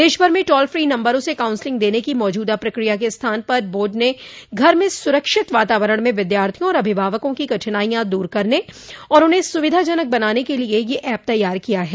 देशभर में toll free नंबरों से काउंसलिंग देने की मौजूदा प्रक्रिया के स्थान पर बोर्ड ने घर में सुरक्षित वातावरण में विद्यार्थियों और अभिभावकों की कठिनाइयां दूर करने और उन्हें सुविधाजनक बनाने के लिए यह ऐप तैयार किया है